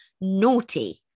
naughty